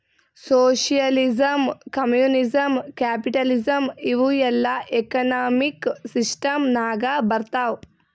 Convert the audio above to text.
socialism, communism, capitalism ಇವೂ ಎಲ್ಲಾ economic system ನಾಗ್ ಬರ್ತಾವ್